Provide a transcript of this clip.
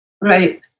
right